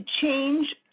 change